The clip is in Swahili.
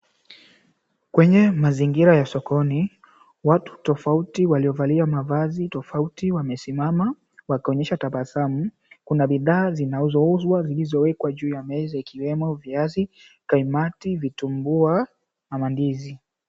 Kwenye mazingira ya sokoni, watu tofauti waliovalia mavazi tofauti wamesimama wakionyesha tabasamu. Kuna bidhaa zinauzwa uzwa zilizowekwa juu ya meza ikiwemo viazi, kaimati, vitumbua na mandizi.